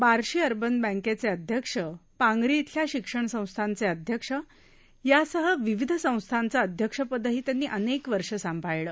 Barshi urban बॅकेचे अध्यक्ष पांगरी अल्या शिक्षण संस्थांचे अध्यक्ष यासह विविध संस्थांचं अध्यक्षपदही त्यांनी अनेक वर्ष सांभाळलं